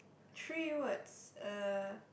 three words uh